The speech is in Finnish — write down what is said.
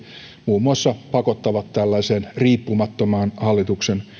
muun muassa pakottavat tällaiseen riippumattomaan hallituksen